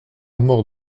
mort